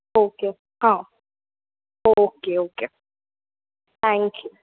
okay हाँ okay okay thank you